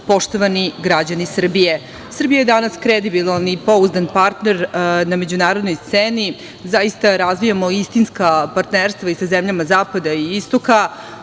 poštovani građani Srbije, Srbija je danas kredibilan i pouzdan partner na međunarodnoj sceni, zaista razvijamo istinska partnerstva i sa zemljama zapada i istoka.